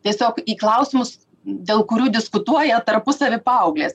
tiesiog į klausimus dėl kurių diskutuoja tarpusavyje paauglės